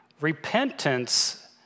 Repentance